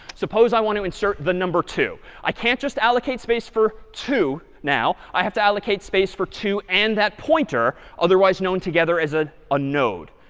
suppose i want to insert the number two. two. i can't just allocate space for two now. i have to allocate space for two and that pointer, otherwise known together as a ah node,